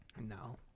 No